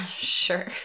Sure